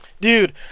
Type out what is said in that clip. Dude